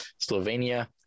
Slovenia